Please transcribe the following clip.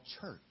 church